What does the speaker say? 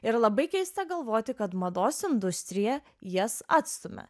ir labai keista galvoti kad mados industrija jas atstumia